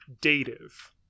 dative